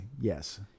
Yes